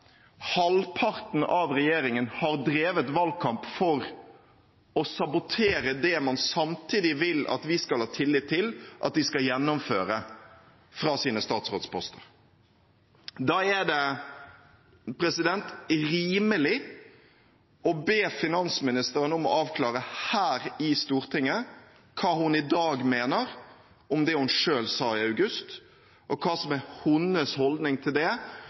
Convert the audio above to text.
halvparten av regjeringen har drevet valgkamp for å sabotere det man samtidig vil at vi skal ha tillit til at de skal gjennomføre fra sine statsrådposter. Da er det rimelig å be finansministeren om å avklare, her i Stortinget, hva hun i dag mener om det hun selv sa i august, og hva som er hennes holdning til det